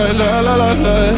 la-la-la-la